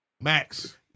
Max